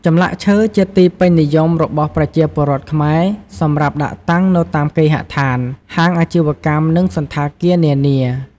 ចម្លាក់ឈើជាទីពេញនិយមរបស់ប្រជាពលរដ្ឋខ្មែរ សម្រាប់ដាក់តាំងនៅតាមគេហដ្ឋាន, ហាងអាជីវកម្ម និងសណ្ឋាគារនានា ។